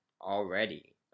already